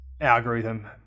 algorithm